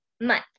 month